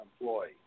employee